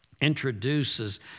introduces